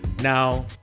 now